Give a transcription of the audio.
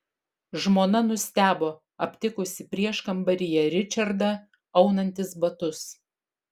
žmona nustebo aptikusi prieškambaryje ričardą aunantis batus